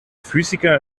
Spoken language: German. physiker